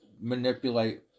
manipulate